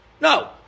No